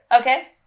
Okay